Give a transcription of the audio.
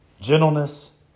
gentleness